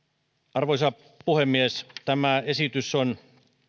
arvoisa puhemies tämä esitys on